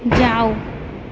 जाउ